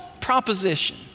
proposition